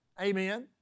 Amen